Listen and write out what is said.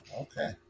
Okay